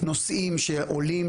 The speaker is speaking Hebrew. נושאים שעולים,